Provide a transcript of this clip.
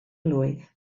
blwydd